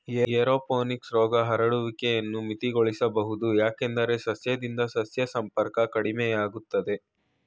aeroponics ರೋಗ ಹರಡುವಿಕೆನ ಮಿತಿಗೊಳಿಸ್ಬೋದು ಯಾಕಂದ್ರೆ ಸಸ್ಯದಿಂದ ಸಸ್ಯ ಸಂಪರ್ಕ ಕಡಿಮೆಯಾಗ್ತದೆ